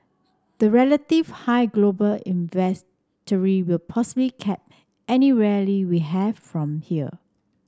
the relative high global inventory will possibly cap any rally we have from here